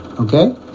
Okay